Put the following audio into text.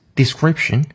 description